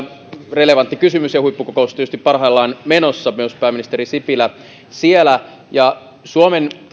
relevantti kysymys huippukokous on tietysti parhaillaan menossa myös pääministeri sipilä on siellä tietysti suomen